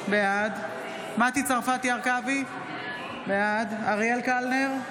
בעד מטי צרפתי הרכבי, בעד אריאל קלנר,